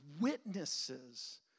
witnesses